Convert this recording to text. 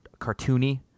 cartoony